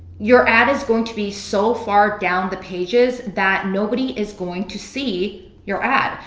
your ad is going to be so far down the pages that nobody is going to see your ad.